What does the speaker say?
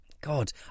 God